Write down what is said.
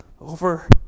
over